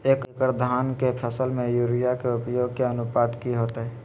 एक एकड़ धान के फसल में यूरिया के उपयोग के अनुपात की होतय?